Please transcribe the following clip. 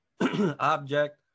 object